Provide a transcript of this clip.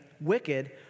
wicked